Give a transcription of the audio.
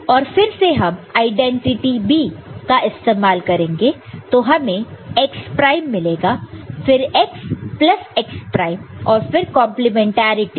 और फिर से हम आईडेंटिटी b का इस्तेमाल करेंगे तो हमें x प्राइम मिलेगा फिर x प्लस x प्राइम और फिर कंप्लीमेंट्रिटी a